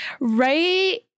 Right